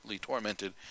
tormented